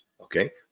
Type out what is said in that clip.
okay